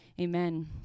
amen